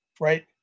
right